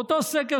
באותו סקר,